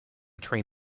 train